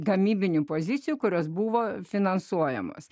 gamybinių pozicijų kurios buvo finansuojamos